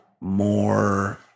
more